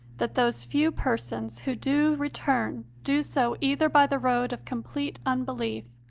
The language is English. that those few persons who do return do so either by the road of complete unbelief,